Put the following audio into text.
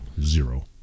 Zero